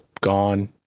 gone